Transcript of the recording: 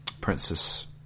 Princess